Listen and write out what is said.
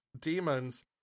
demons